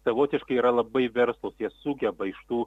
savotiškai yra labai verslūs jie sugeba iš tų